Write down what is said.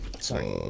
Sorry